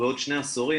או בעוד שני עשורים,